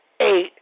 eight